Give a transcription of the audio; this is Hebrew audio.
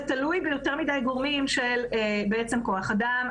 זה תלוי ביותר מדי גורמים של כוח אדם,